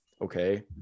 okay